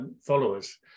followers